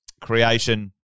creation